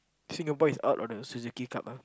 Singapore is out of the Suzuki-Cup ah